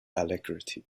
alacrity